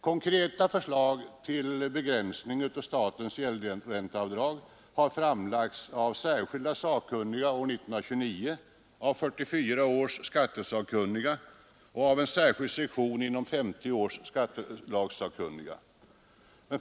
Konkreta förslag till begränsning av statens gäldränteavdrag har framlagts av särskilda sakkunniga år 1929, av 1944 års skattesakkunniga och av en särskild sektion inom 1950 års skattelagssakkunniga.